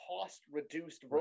cost-reduced